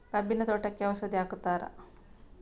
ಕಬ್ಬಿನ ತೋಟಕ್ಕೆ ಔಷಧಿ ಹಾಕುತ್ತಾರಾ?